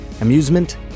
Amusement